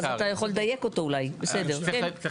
אז אולי אתה יכול לדייק אותו.